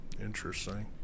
Interesting